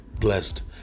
blessed